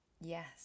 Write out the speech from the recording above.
yes